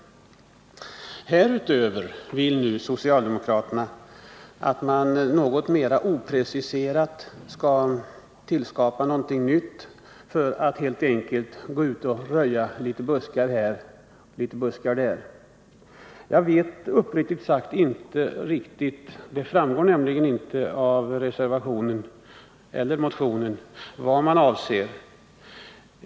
Härutöver vill nu socialdemokraterna litet opreciserat tillskapa en lag som ger möjlighet att gå ut och röja lite buskar här och lite buskar där. Jag vet uppriktigt sagt inte — det framgår nämligen inte av vare sig reservationen eller motionen — vad man avser.